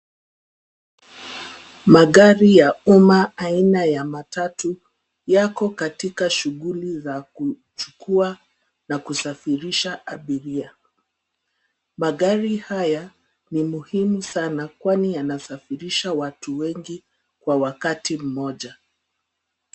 Magari za umma aina ya matatu, yako katika shughuli za kuchukua, na kusafirisha abiria. Magari haya, ni muhimu sana, kwani yanasafirisha watu wengi, kwa wakati mmoja.